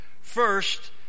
First